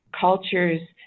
Cultures